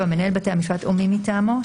מנהל בתי המשפט או מי מטעמו.